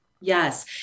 Yes